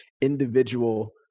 individual